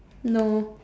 no